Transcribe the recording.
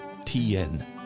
TN